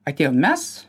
atėjom mes